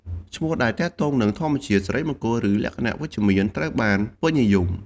ឈ្មោះដែលទាក់ទងនឹងធម្មជាតិ សិរីមង្គល ឬលក្ខណៈវិជ្ជមាន ត្រូវបានពេញនិយម។